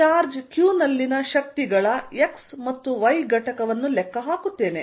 charge q ನಲ್ಲಿನ ಶಕ್ತಿಗಳ x ಮತ್ತು y ಘಟಕವನ್ನು ಲೆಕ್ಕ ಹಾಕುತ್ತೇನೆ